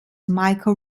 michael